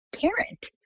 parent